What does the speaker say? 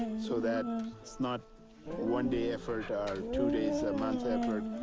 so that it's not one-day effort or two days a month effort,